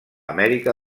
amèrica